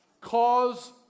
cause